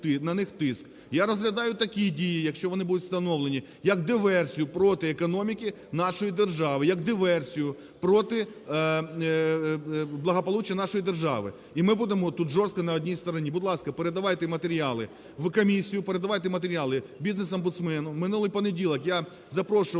на них тиск. Я розглядаю такі дії, якщо вони будуть встановлені, як диверсію проти економіки нашої держави, як диверсію проти благополуччя нашої держави. І ми будемо тут жорстко на одній стороні. Будь ласка, передавайте матеріали в комісію, передавайте матеріали бізнес-омбудсмену. В минулий понеділок я запрошував